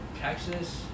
Texas